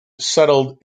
settled